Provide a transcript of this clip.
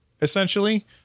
essentially